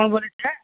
કોણ બોલે છે